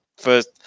first